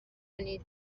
کنید